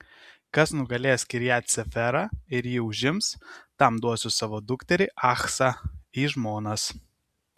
kas nugalės kirjat seferą ir jį užims tam duosiu savo dukterį achsą į žmonas